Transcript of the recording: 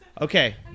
Okay